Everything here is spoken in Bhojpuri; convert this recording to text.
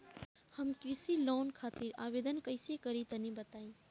हम कृषि लोन खातिर आवेदन कइसे करि तनि बताई?